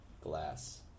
glass